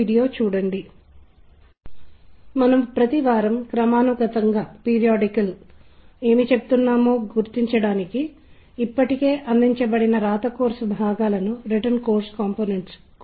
వాటిలో ఒకటి చూడండి మీరు ఏదైనా ప్రత్యేకమైనది విభిన్నమైనది అయిన పాఠాలు లేదా చర్చలను పూర్తి చేసినప్పుడు మీరు నేర్చుకుని సృజనాత్మకతపై చర్చలను చేస్తారు